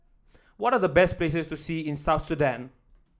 what are the best places to see in South Sudan